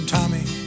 Tommy